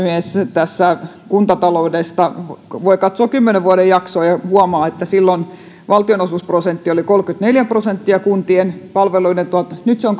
puhemies kuntataloudesta voi katsoa kymmenen vuoden jaksoa ja huomata että silloin valtionosuusprosentti oli kolmekymmentäneljä prosenttia kuntien palveluiden osalta nyt se on